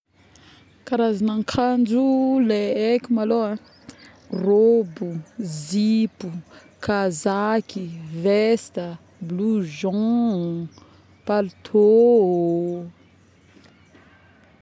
Karazagna akanjo le haiky malôhô aaa rôboo, zipo, kazaky, vesta, blouchzon, paltô